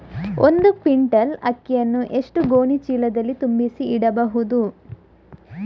ಒಂದು ಕ್ವಿಂಟಾಲ್ ಅಕ್ಕಿಯನ್ನು ಎಷ್ಟು ಗೋಣಿಚೀಲದಲ್ಲಿ ತುಂಬಿಸಿ ಇಡಬಹುದು?